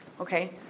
okay